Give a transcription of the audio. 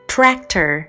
Tractor